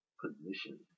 position